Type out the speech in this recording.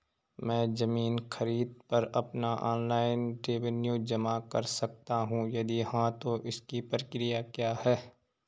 मैं ज़मीन खरीद पर अपना ऑनलाइन रेवन्यू जमा कर सकता हूँ यदि हाँ तो इसकी प्रक्रिया क्या है?